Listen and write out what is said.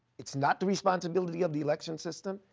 it's not the responsibility of the election system.